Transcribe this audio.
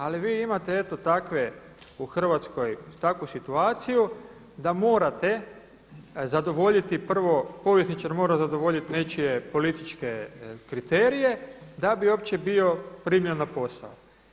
Ali vi imate eto takve u Hrvatskoj takvu situaciju da morate zadovoljiti, prvo povjesničar mora zadovoljiti nečije političke kriterije da bi uopće bio primljen na posao.